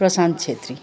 Prashant Chhetri